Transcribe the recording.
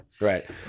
Right